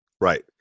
Right